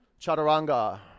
chaturanga